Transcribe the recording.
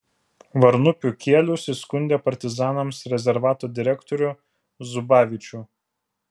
varnupių kielius įskundė partizanams rezervato direktorių zubavičių